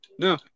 No